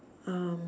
um